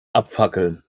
abfackeln